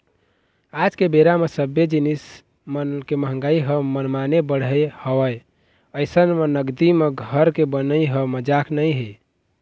आज के बेरा म सब्बे जिनिस मन के मंहगाई ह मनमाने बढ़े हवय अइसन म नगदी म घर के बनई ह मजाक नइ हे